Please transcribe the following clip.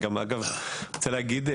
אני גם אגב רוצה להגיד,